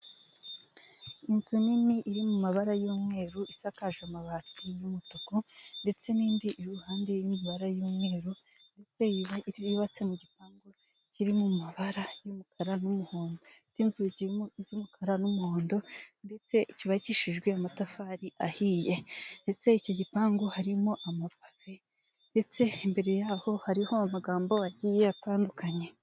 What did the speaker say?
Inzu nini iri mu mabara y'umweru isakaje abati y'umutuku, ndetse n'indi iri iruhande iri mu mabara y'umweru iteye, yubatse mu gipangu kiri mu mabara y'umukara n'umuhondo, inzugi z'umukara n'umuhondo ndetse cyubakijijwe amatafari ahiye, ndetse icyo gipangi harimo amatapi, ndetse imbere yaho hariho amagambo agiye atandukanye.